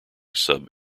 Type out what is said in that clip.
sub